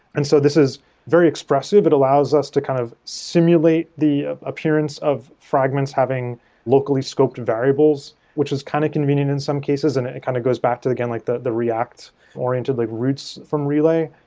and so this is very expressive. it allows us to kind of simulate the appearance of fragments having locally scoped variables which is kind of convenient in some cases and it it kind of goes back to, again, like the the react oriented like roots from relay.